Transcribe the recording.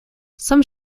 some